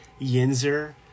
yinzer